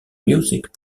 music